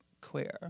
queer